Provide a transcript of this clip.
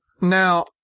Now